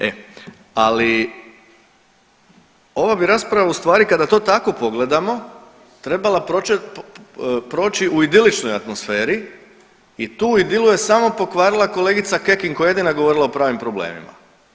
E, ali ova bi rasprava ustvari kada tako pogledamo trebala proći u idiličnoj atmosferi i tu idilu je samo pokvarila kolegica Kekin koja je jedina govorila o pravim problemima.